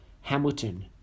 Hamilton